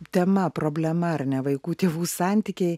tema problema ar ne vaikų tėvų santykiai